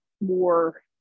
more